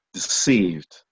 deceived